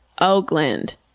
Oakland